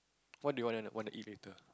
what do you wanna wanna eat later